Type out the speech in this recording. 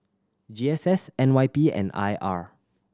G S S N Y P and I R